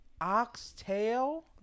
Oxtail